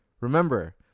remember